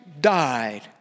died